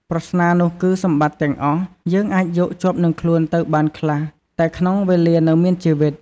ប្រស្នានុះគឺសម្បត្តិទាំងអស់ យើងអាចយកជាប់នឹងខ្លួនទៅបានខ្លះ តែក្នុងវេលានៅមានជីវិត។